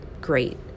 great